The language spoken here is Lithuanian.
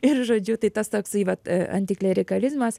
ir žodžiu tai tas toksai vat antiklerikalizmas